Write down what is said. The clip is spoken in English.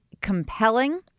compelling